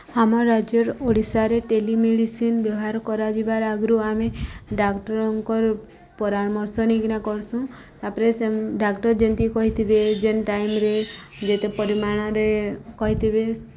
ଆମ ରାଜ୍ୟ ଓଡ଼ିଶାରେ ଟେଲିମେଡ଼ିସିନ୍ ବ୍ୟବହାର କରାଯିବାର୍ ଆଗ୍ରୁ ଆମେ ଡାକ୍ଟର୍ଙ୍କର୍ ପରାମର୍ଶ ନେଇକିନା କର୍ସୁଁ ତା'ପରେ ସେ ଡାକ୍ଟର୍ ଯେନ୍ତି କହିଥିବେ ଯେନ୍ ଟାଇମ୍ରେ ଯେତେ ପରିମାଣରେ କହିଥିବେ